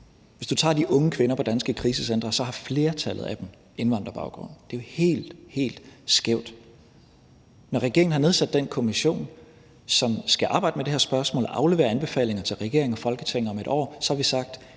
Hvis du tager de unge kvinder på danske krisecentre, har flertallet af dem indvandrerbaggrund. Det er jo helt, helt skævt. Når regeringen har nedsat den kommission, som skal arbejde med det her spørgsmål og aflevere anbefalinger til regeringen og Folketinget om et år, så har vi sagt,